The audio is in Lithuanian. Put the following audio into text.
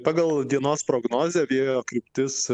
pagal dienos prognozę vėjo kryptis